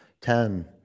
Ten